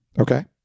okay